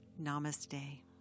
Namaste